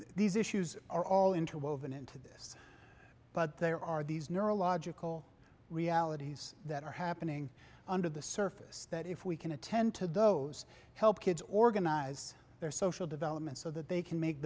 these issues are all interwoven into this but there are these neurological realities that are happening under the surface that if we can attend to those help kids organize their social development so that they can make